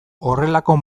horrelako